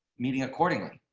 meeting accordingly.